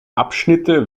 abschnitte